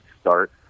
start